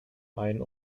ein